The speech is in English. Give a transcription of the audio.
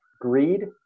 greed